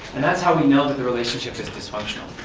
and that's how we know that the relationship is dysfunctional.